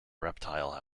reptile